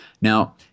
Now